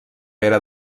era